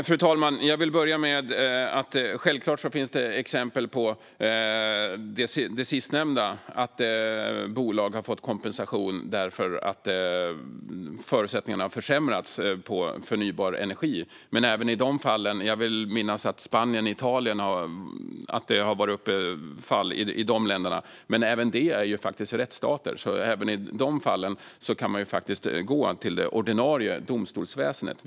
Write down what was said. Fru talman! Jag vill börja med att säga att det självklart finns exempel på det sistnämnda - att bolag har fått kompensation därför att förutsättningarna har försämrats för förnybar energi. Jag vill minnas att det har varit fall uppe i Spanien och Italien. Men även dessa länder är faktiskt rättsstater, så även i dessa fall kan man gå till det ordinarie domstolsväsendet.